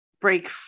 break